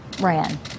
ran